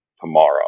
tomorrow